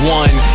one